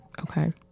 Okay